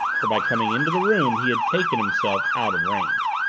for by coming into the room he had taken himself out of range.